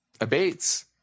abates